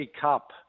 Cup